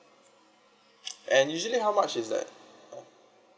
and usually how much is that